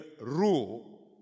rule